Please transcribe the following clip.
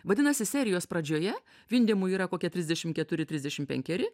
vadinasi serijos pradžioje vindemui yra kokie trisdešim keturi trisdešim penkeri